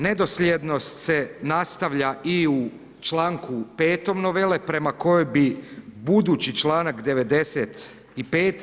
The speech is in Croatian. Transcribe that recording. Nedosljednost se nastavlja i u čl. 5. novele prema kojem bi budući čl. 95.